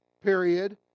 period